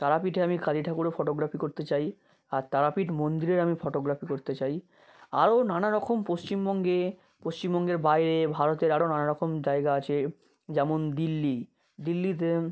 তারাপীঠে আমি কালী ঠাকুরের ফটোগ্রাফি করতে চাই আর তারাপীঠ মন্দিরের আমি ফটোগ্রাফি করতে চাই আরও নানারকম পশ্চিমবঙ্গে পশ্চিমবঙ্গের বাইরে ভারতের আরও নানারকম জায়গা আছে যেমন দিল্লি দিল্লিতে